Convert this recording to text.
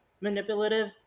manipulative